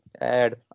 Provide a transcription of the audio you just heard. add